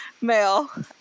male